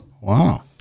Wow